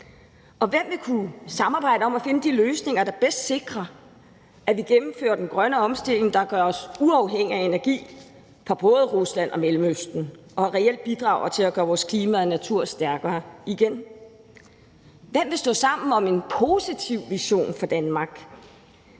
Og hvem vil kunne samarbejde om at finde de løsninger, der bedst sikrer, at vi gennemfører den grønne omstilling, der gør os uafhængig af energi fra både Rusland og Mellemøsten og reelt bidrager til at gøre vores klima og natur stærkere igen? Hvem vil stå sammen om en positiv vision for Danmark;